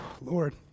Lord